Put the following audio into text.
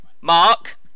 Mark